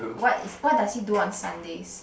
what is what does he do on Sundays